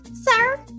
sir